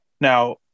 Now